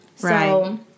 right